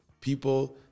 People